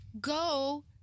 go